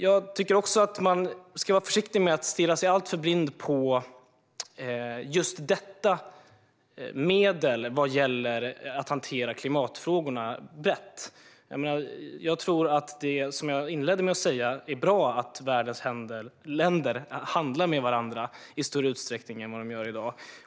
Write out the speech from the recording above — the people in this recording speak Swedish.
Jag tycker också att man ska vara försiktig med att stirra sig alltför blind på just detta medel vad gäller att hantera klimatfrågorna brett. Som jag inledde med att säga tror jag att det är bra att världens länder handlar med varandra i större utsträckning än vad de gör i dag.